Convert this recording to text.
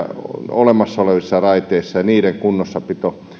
olemassa olevissa raiteissa ja niiden kunnossapidossa